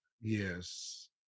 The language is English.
Yes